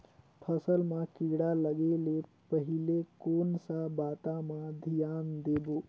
फसल मां किड़ा लगे ले पहले कोन सा बाता मां धियान देबो?